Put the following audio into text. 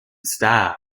staff